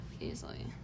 easily